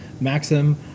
Maxim